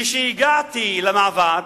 כשהגעתי למעבר,